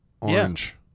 orange